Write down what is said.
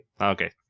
Okay